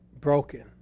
broken